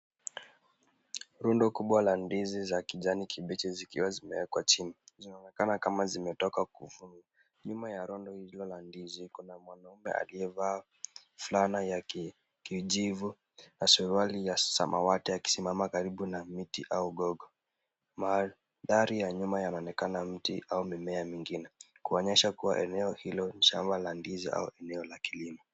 Rundo kubwa la ndizi za kijani kibichi zikiwa zimewekwa chini. Zinaonekana kama zimetoka kuvunwa. Nyuma ya rundo hilo la ndizi, kuna mwanaume aliyevaa fulana ya kijivu na suruali ya samawati akisimama karibu na miti au gogo. Mandhari ya nyuma yanaonekana miti au mimea mingine kuonyesha kuwa eneo hilo ni shamba la ndizi au eneo la kilimo.